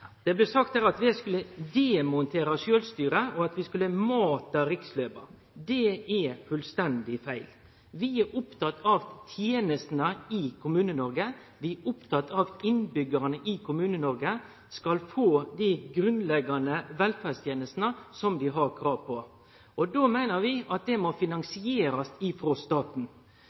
Det blei sagt at vi skulle demontere sjølvstyret, og at vi skulle mate riksløva. Det er fullstendig feil. Vi er opptekne av tenestene i Kommune-Noreg, vi er opptekne av at innbyggjarane i Kommune-Noreg skal få dei grunnleggjande velferdstenestene som dei har krav på. Då meiner vi at dei må finansierast av staten.